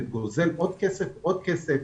גוזל עוד כסף ועוד כסף,